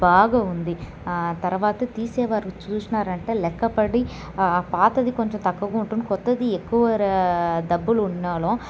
బాగా ఉంది తర్వాత తీసేవారు చూసినారు అంటే లెక్కపడి పాతది కొంచెం తక్కువ డబ్బులు ఉన్నోళ్లు